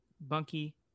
Bunky